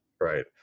right